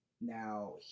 Now